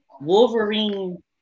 Wolverine